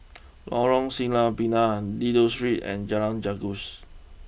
Lorong Sireh Pinang Dido Street and Jalan Janggus